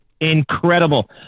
Incredible